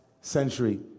century